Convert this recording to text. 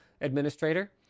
Administrator